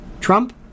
Trump